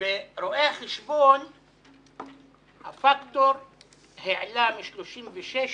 ברואי החשבון הפקטור העלה מ-36 ל-60,